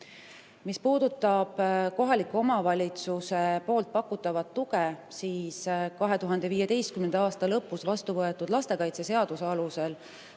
puudutab kohaliku omavalitsuse pakutavat tuge, siis 2015. aasta lõpus vastu võetud lastekaitseseaduse alusel